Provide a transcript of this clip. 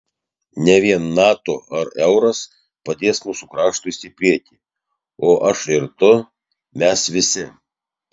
ne vien nato ar euras padės mūsų kraštui stiprėti o aš ir tu mes visi